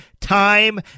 time